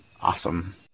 Awesome